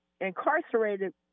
incarcerated